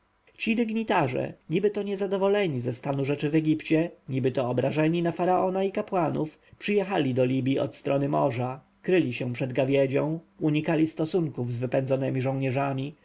dygnitarze niby to niezadowoleni ze stanu rzeczy w egipcie niby to obrażeni na faraona i kapłanów przyjechali do libji od strony morza kryli się przed gawiedzią unikali stosunków z wypędzonymi żołnierzami